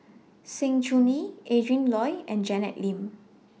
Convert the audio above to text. Sng Choon Yee Adrin Loi and Janet Lim